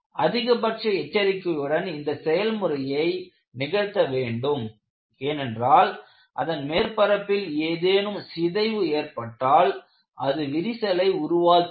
அதிகபட்ச எச்சரிக்கையுடன் இந்த செயல்முறையை நிகழ்த்த வேண்டும் ஏனென்றால் அதன் மேற்பரப்பில் ஏதேனும் சிதைவு ஏற்பட்டால் அது விரிசலை உருவாக்கி விடும்